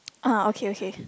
ah okay okay